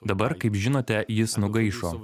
dabar kaip žinote jis nugaišo